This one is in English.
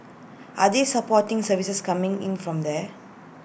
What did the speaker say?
are this supporting services coming in from there